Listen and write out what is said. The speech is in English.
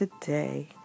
today